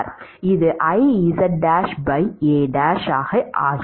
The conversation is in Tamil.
இது Iz 1 A1 ஆகிறது